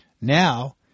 Now